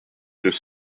deux